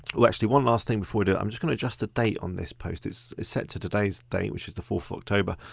um actually one last thing before we do. i'm just gonna adjust the date on this post. it's set to today's date which is the fourth october,